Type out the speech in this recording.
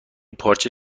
پارچه